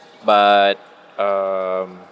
but um